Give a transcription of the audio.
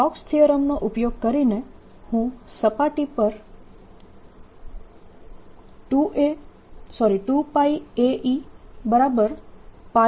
Stokes theorem નો ઉપયોગ કરીને હું સપાટી પર 2πaEπa2B